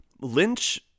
Lynch